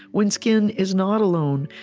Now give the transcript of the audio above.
when skin is not alone,